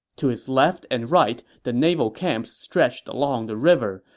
to his left and right the naval camps stretched along the river,